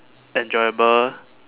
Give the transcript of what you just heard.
enjoyable